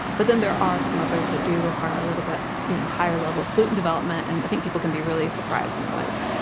but then there are some others that do require a little bit you know higher level of gluten development. and i think think people can be really surprised when they're like,